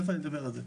תכף אני אדבר על זה.